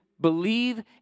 believe